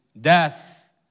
death